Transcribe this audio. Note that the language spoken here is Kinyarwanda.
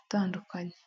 atandukanye.